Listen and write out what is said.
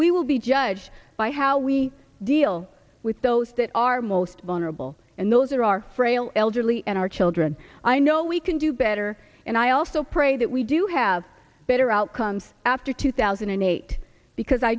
we will be judged by how we deal with those that are most vulnerable and those are our frail elderly and our children i know we can do better and i also pray that we do have better outcomes after two thousand and eight because i